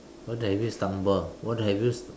what have you stumbled what have you